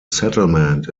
settlement